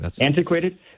Antiquated